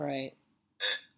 Right